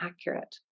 accurate